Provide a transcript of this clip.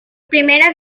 primeros